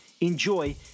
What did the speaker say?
enjoy